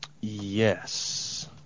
Yes